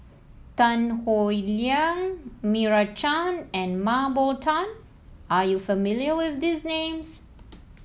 Tan Howe Liang Meira Chand and Mah Bow Tan are you familiar with these names